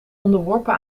onderworpen